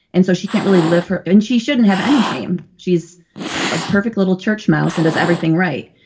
and so she can't really live her. and she shouldn't have any shame. she's a perfect little church mouse and does everything right.